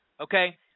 okay